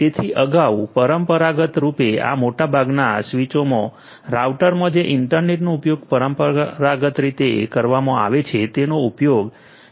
તેથી અગાઉ પરંપરાગત રૂપે આ મોટાભાગના સ્વીચોમાં રાઉટરમાં જે ઇન્ટરનેટનો ઉપયોગ પરંપરાગત રીતે કરવામાં આવે છે તેનો ઉપયોગ એક સાથે કરવામાં આવતો